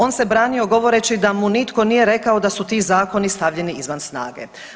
On se branio govoreći da mu nitko nije rekao da su ti zakoni stavljeni izvan snage.